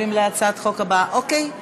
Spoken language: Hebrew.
גילה גמליאל תמכה גם בהצעת החוק, לכן,